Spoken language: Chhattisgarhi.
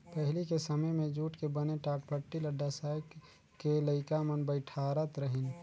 पहिली के समें मे जूट के बने टाटपटटी ल डसाए के लइका मन बइठारत रहिन